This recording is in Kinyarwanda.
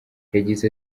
yagize